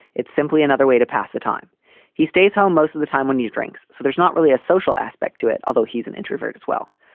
it's simply another way to pass the time he stays home most of the time when he drinks. so there's not really a social aspect to it, although he's an introvert as well.